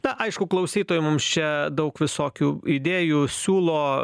na aišku klausytojai mums čia daug visokių idėjų siūlo